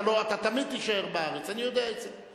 אתה תמיד תישאר בארץ, אני יודע את זה.